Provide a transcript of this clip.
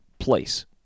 place